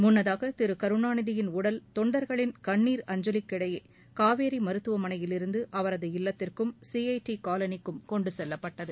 முன்னதாக திரு கருணாநிதியின் உடல் தொண்டர்களின் கண்ணீர் அஞ்சலிக்கிடையே காவேரி மருத்துவமனையிலிருந்து அவரது இல்லத்திற்கும் சி ஐ டி காலனிக்கும் கொண்டு செல்லப்பட்டது